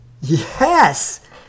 Yes